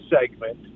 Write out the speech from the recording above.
segment